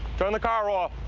turn the car off.